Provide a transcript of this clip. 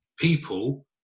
people